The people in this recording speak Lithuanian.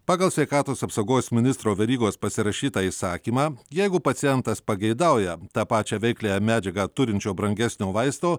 pagal sveikatos apsaugos ministro verygos pasirašytą įsakymą jeigu pacientas pageidauja tą pačią veikliąją medžiagą turinčio brangesnio vaisto